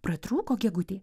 pratrūko gegutė